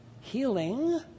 healing